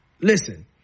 listen